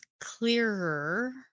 clearer